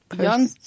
Young